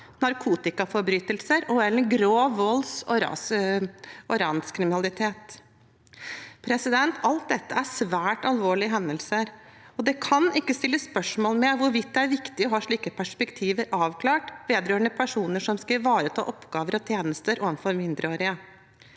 narkotikaforbrytelser og grov volds- og ranskriminalitet». Alt dette er svært alvorlige hendelser, og det kan ikke stilles spørsmål ved hvorvidt det er viktig å ha slike perspektiver avklart vedrørende personer som skal ivareta oppgaver og tjenester overfor mindreårige.